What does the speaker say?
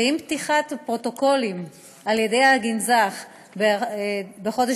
ועם פתיחת הפרוטוקולים על-ידי הגנזך בחודש